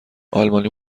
آلمانی